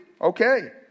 Okay